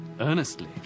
earnestly